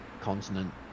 continent